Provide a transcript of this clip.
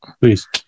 Please